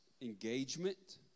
engagement